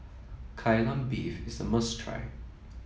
Kai Lan Beef is a must try